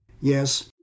Yes